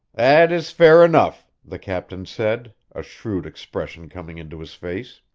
that is fair enough, the captain said, a shrewd expression coming into his face.